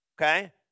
Okay